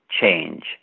change